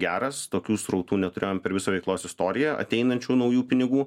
geras tokių srautų neturėjom per visą veiklos istoriją ateinančių naujų pinigų